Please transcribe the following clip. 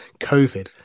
COVID